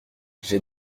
j’ai